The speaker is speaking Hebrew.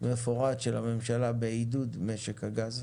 מפורט של הממשלה בעידוד משק הגז,